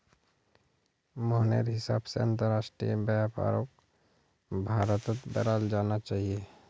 मोहनेर हिसाब से अंतरराष्ट्रीय व्यापारक भारत्त बढ़ाल जाना चाहिए